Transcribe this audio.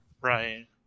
Right